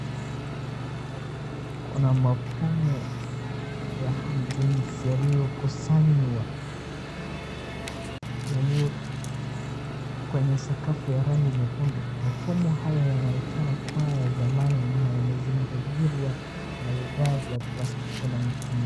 Kuna mapumu ya hand greens yaliyokusanywa yaliyo kwenye sakafu ya rangi nyekundu. Mapumu haya yanaonekana kuwa ya zamani na yamezingagirwa na vifaa vya plastiki na miti.